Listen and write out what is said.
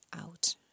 out